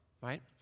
right